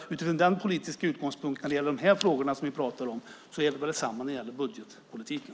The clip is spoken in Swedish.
Utifrån den politiska utgångspunkt som gäller de frågor vi nu talar om är det väl detsamma när det gäller budgetpolitiken.